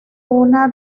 una